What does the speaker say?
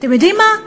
אתם יודעים מה?